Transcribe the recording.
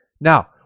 Now